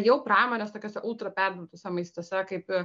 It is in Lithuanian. jau pramonės tokiose ultra perdirbtuose maistuose kaip